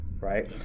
right